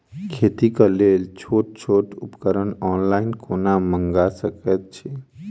खेतीक लेल छोट छोट उपकरण ऑनलाइन कोना मंगा सकैत छी?